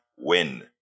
win